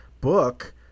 book